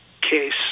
case